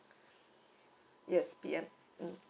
yes P_M mm